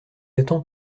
attend